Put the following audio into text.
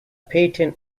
patent